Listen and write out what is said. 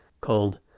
called